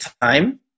time